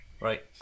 Right